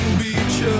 beach